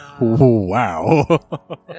wow